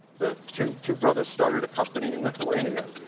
the two two brothers started a company in lithuania,